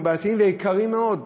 והם בעייתיים ויקרים מאוד.